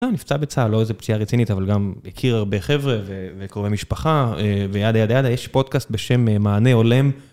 נפצע בצה"ל, לא איזה פציעה רצינית, אבל גם הכיר הרבה חבר'ה וקרובי משפחה וידה, ידה, ידה. יש פודקאסט בשם מענה הולם.